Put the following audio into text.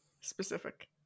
specific